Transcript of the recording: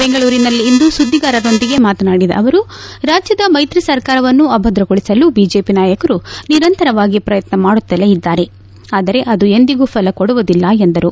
ಬೆಂಗಳೂರಿನಲ್ಲಿಂದು ಸುದ್ದಿಗಾರರೊಂದಿಗೆ ಮಾತನಾಡಿದ ಅವರು ರಾಜ್ಯದ ಮೈತ್ರಿ ಸರ್ಕಾರವನ್ನು ಅಭದ್ರಗೊಳಿಸಲು ಬಿಜೆಪಿ ನಾಯಕರು ನಿರಂತರವಾಗಿ ಪ್ರಯತ್ನ ಮಾಡುತ್ತರೇ ಇದ್ದಾರೆ ಆದರೆ ಆದು ಎಂದಿಗೂ ಫಲ ಕೊಡುವುದಿಲ್ಲ ಎಂದರು